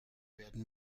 werden